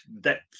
depth